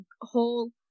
whole